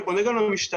אני פונה גם למשטרה,